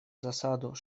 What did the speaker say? засаду